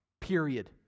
period